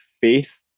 faith